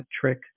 trick